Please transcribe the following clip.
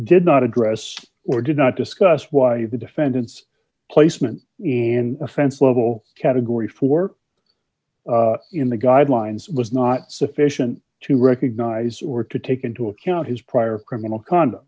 did not address or did not discuss why the defendant's placement in offense level category four in the guidelines was not sufficient to recognize or to take into account his prior criminal conduct